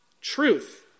truth